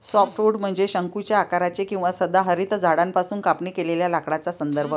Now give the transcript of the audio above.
softwood म्हणजे शंकूच्या आकाराचे किंवा सदाहरित झाडांपासून कापणी केलेल्या लाकडाचा संदर्भ